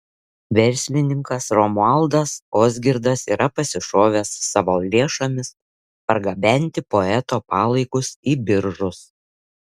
verslininkas romualdas ozgirdas yra pasišovęs savo lėšomis pargabenti poeto palaikus į biržus